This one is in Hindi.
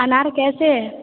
अनार कैसे है